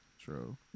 True